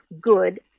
good